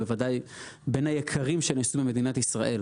ובוודאי בין היקרים שנעשו במדינת ישראל.